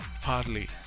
partly